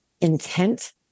intent